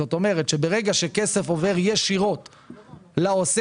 זאת אומרת שברגע שכסף עובר ישירות לעוסק,